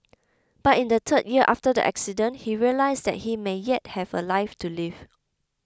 but in the third year after the accident he realised that he may yet have a life to live